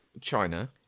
China